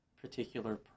particular